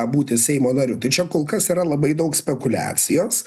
būti seimo nariu tai čia kol kas yra labai daug spekuliacijos